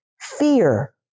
Fear